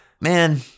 man